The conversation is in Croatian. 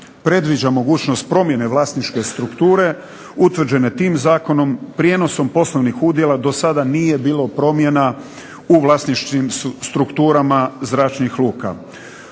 predviđa mogućnost promjene vlasničke strukture utvrđene tim zakonom, prijenosom poslovnih udjela do sada nije bilo promjena u vlasničkim strukturama zračnih luka.